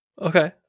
Okay